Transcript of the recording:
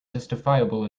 justifiable